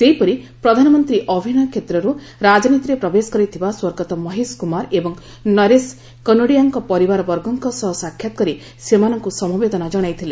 ସେହିପରି ପ୍ରଧାନମନ୍ତ୍ରୀ ଅଭିନୟ କ୍ଷେତ୍ରରୁ ରାଜନୀତିରେ ପ୍ରବେଶ କରିଥିବା ସ୍ୱର୍ଗତ ମହେଶକ୍ତମାର ଏବଂ ନରେଶ କନୋଡିଆଙ୍କ ପରିବାରବର୍ଗଙ୍କ ସହ ସାକ୍ଷାତ କରି ସେମାନଙ୍କୁ ସମବେଦନା ଜଣାଇଥିଲେ